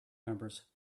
numbers